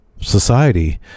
society